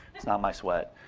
it's not my sweat.